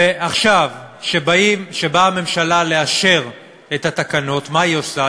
עכשיו, כשבאה הממשלה לאשר את התקנות, מה היא עושה?